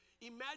Imagine